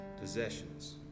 possessions